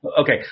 Okay